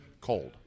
Cold